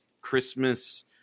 Christmas